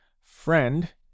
friend